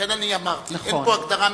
לכן, אני אמרתי שאין פה הגדרה משפטית,